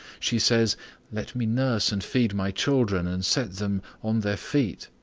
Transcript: she says let me nurse and feed my children, and set them on their feet.